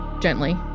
gently